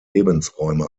lebensräume